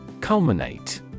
Culminate